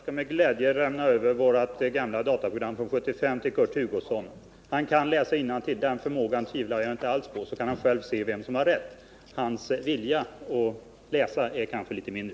Herr talman! Jag skall med glädje lämna över vårt gamla dataprogram från 1975 till Kurt Hugosson. Han kan läsa innantill — den förmågan tvivlar jag inte alls på — och då kan han själv se vem som har rätt. Men hans vilja att läsa är kanske litet mindre.